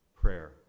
prayer